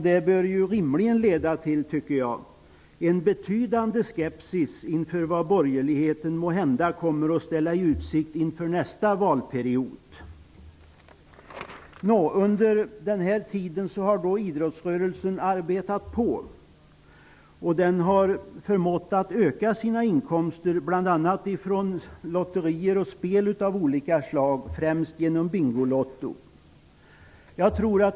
Detta bör rimligen leda till en betydande skepsis inför vad borgerligheten måhända kommer att ställa i utsikt inför nästa valperiod. Under den här tiden har idrottsrörelsen arbetat vidare. Den har förmått att öka sina inkomster, bl.a. genom lotterier och spel av olika slag, främst genom Bingolotto.